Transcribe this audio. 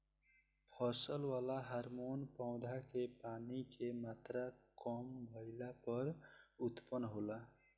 फसल वाला हॉर्मोन पौधा में पानी के मात्रा काम भईला पर उत्पन्न होला